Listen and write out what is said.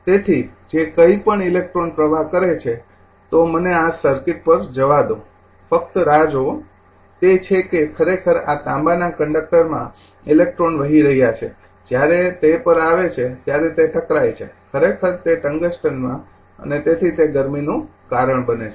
તેથી જે કંઈપણ ઇલેક્ટ્રોન પ્રવાહ કરે છે તો મને આ સર્કિટ પર જવા દો ફક્ત રાહ જોવો તે છે કે ખરેખર આ તાંબાના કંડક્ટરમાં ઇલેક્ટ્રોન વહી રહ્યા છે જ્યારે તે પર આવે છે ત્યારે તે ટકરાઇ છે તે ટંગસ્ટનમાં અને તેથી તે ગરમીનું કારણ બને છે